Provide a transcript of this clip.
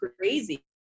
crazy